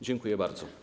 Dziękuję bardzo.